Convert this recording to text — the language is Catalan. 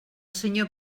senyor